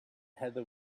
heather